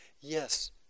Yes